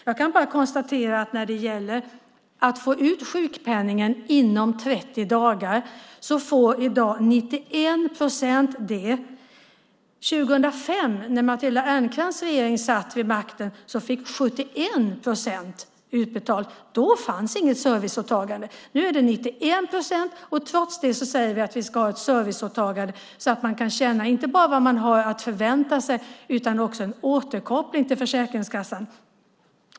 Jag kan bara konstatera att när det gäller att få sin sjukpenning inom 30 dagar så får i dag 91 procent det. År 2005, när Matilda Ernkrans regering satt vid makten, fick 71 procent sjukpenningen utbetald inom 30 dagar. Då fanns inget serviceåtagande. Nu är det 91 procent, och trots det säger vi att vi ska ha ett serviceåtagande så att man kan känna inte bara vad man har att förvänta sig utan också få en återkoppling till Försäkringskassan.